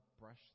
brush